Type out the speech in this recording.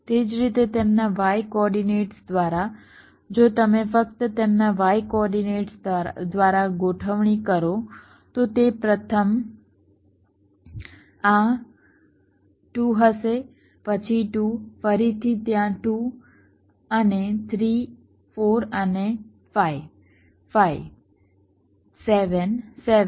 એ જ રીતે તેમના y કોઓર્ડિનેટ્સ દ્વારા જો તમે ફક્ત તેમના y કોઓર્ડિનેટ્સ દ્વારા ગોઠવણી કરો તો તે પ્રથમ આ 2 હશે પછી 2 ફરીથી ત્યાં 2 અને 3 4 અને 5 5 7 7